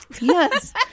Yes